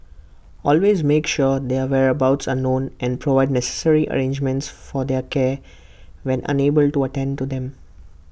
always make sure their whereabouts are known and provide necessary arrangements for their care when unable to attend to them